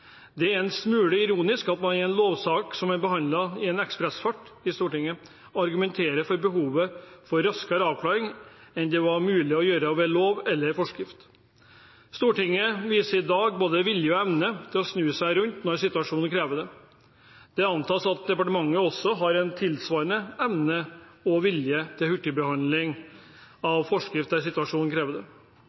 Det er en smule ironisk at man i en lovsak som er behandlet i ekspressfart i Stortinget, argumenterer for behovet for raskere avklaring enn det var mulig å gjøre ved lov eller forskrift. Stortinget viser i dag både vilje og evne til å snu seg rundt når situasjonen krever det. Det antas at departementet også har en tilsvarende evne og vilje til hurtigbehandling av forskrift der situasjonen